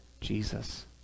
Jesus